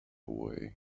away